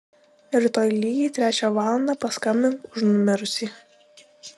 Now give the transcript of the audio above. rytoj lygiai trečią valandą paskambink už numirusį